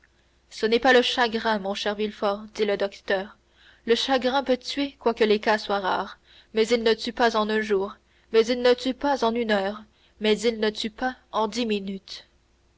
ce n'est pas le chagrin mon cher villefort dit le docteur le chagrin peut tuer quoique les cas soient rares mais il ne tue pas en un jour mais il ne tue pas en une heure mais il ne tue pas en dix minutes